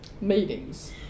meetings